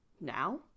Now